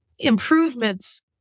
improvements